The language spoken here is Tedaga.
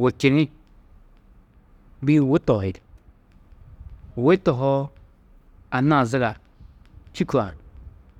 wutčini, bî-ĩ wu tohi, wu tohoo, anna-ã zaga čîkã.